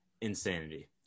insanity